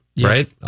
right